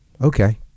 okay